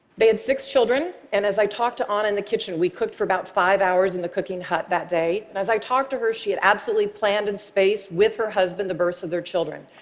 they had six children, and as i talked to anna in the kitchen, we cooked for about five hours in the cooking hut that day, and as i talked to her, she had absolutely planned and spaced with her husband the births of their children.